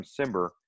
Simber